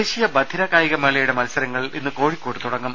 ദേശീയ ബധിര കായിക മേളയുടെ മത്സരങ്ങൾ ഇന്ന് കോഴിക്കോട്ട് തുടങ്ങും